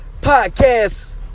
podcast